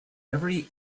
every